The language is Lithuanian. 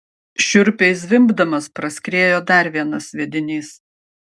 šiurpiai zvimbdamas praskriejo dar vienas sviedinys